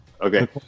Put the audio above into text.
Okay